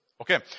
okay